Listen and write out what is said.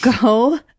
go